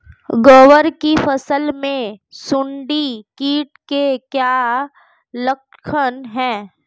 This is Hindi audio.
ग्वार की फसल में सुंडी कीट के क्या लक्षण है?